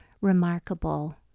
remarkable